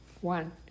one